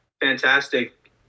fantastic